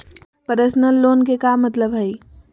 Personal loan के का मतलब हई?